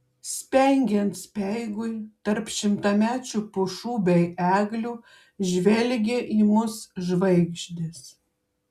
spengiant speigui tarp šimtamečių pušų bei eglių žvelgė į mus žvaigždės